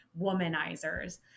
womanizers